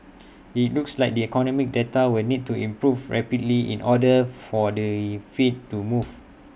IT looks like the economic data will need to improve rapidly in order for the fed to move